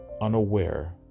unaware